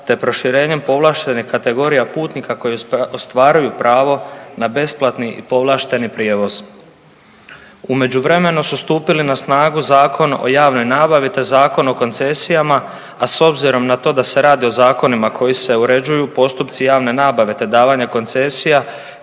te proširenjem povlaštenih kategorija putnika koji ostvaruju pravo na besplatni i povlašteni prijevoz. U međuvremenu su stupili na snagu Zakon o javnoj nabavi, te Zakona o koncesijama a s obzirom na to da se radi o zakonima koji se uređuju postupci javne nabave te davanje koncesija